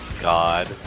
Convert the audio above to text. god